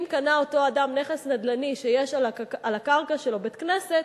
אם קנה אותו אדם נדל"ן שיש על הקרקע שלו בית-כנסת,